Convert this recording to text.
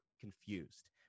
confused